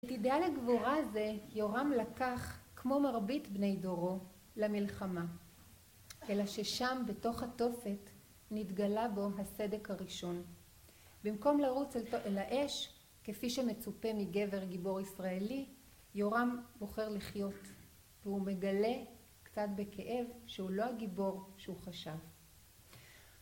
את הידיעה לגבורה זה יורם לקח כמו מרבית בני דורו למלחמה אלא ששם בתוך התופת נתגלה בו הסדק הראשון. במקום לרוץ אל האש כפי שמצופה מגבר גיבור ישראלי יורם בוחר לחיות והוא מגלה קצת בכאב שהוא לא הגיבור שהוא חשב